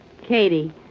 Katie